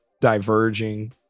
diverging